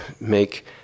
make